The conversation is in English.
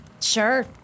Sure